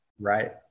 right